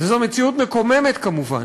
וזו מציאות מקוממת כמובן.